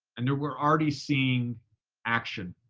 and we're already seeing action,